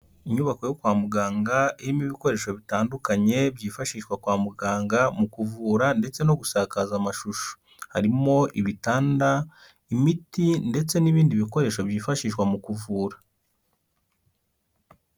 Inyubako yo kwa muganga irimo ibikoresho bitandukanye byifashishwa kwa muganga mu kuvura ndetse no gusakaza amashusho. Harimo ibitanda, imiti ndetse n'ibindi bikoresho byifashishwa mu kuvura.